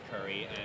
Curry